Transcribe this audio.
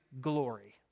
glory